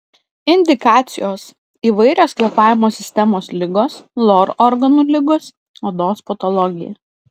indikacijos įvairios kvėpavimo sistemos ligos lor organų ligos odos patologija